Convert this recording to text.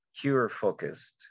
cure-focused